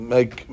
Make